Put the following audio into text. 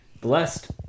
blessed